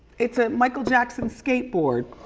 it's a michael jackson skateboard.